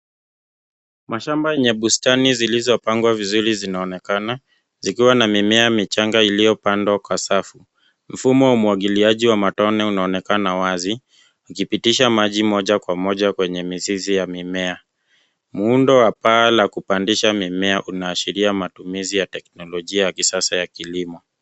Mashamba yenye bustani zilizopandwa vizuri, zinaonekana zikiwa na mimea michanga iliyopangwa kwa safu. Mfumo wa umwagiliaji wa matone unaonekana wazi, ikipitisha maji moja kwa moja kwenye mizizi ya mimea. Muundo wa paa la kupandisha mimea unaashria matumizi ya teknolojia ya kisasa ya kilimo.